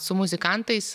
su muzikantais